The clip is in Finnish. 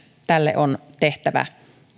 tälle on tehtävä